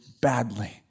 badly